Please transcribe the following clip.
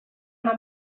una